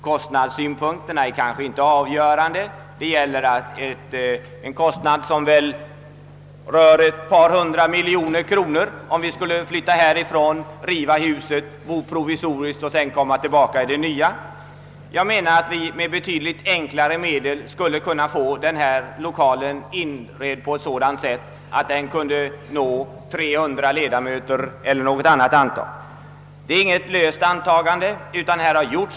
Kostnadssynpunkterna är kanske inte avgörande, men det rör sig ändå om en kostnad på ett par hundra miljoner, om vi skall flytta härifrån, riva huset, bo provisoriskt och sedan komma tillbaka i ett nytt riksdagshus. Jag anser att vi med betydligt enklare medel skulle kunna inreda denna lokal på sådant sätt att den kan rymma 300 ledamöter eller flera. Detta är inte något löst antagande.